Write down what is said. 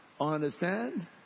Understand